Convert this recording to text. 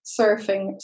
surfing